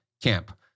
camp